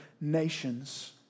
nations